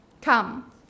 Come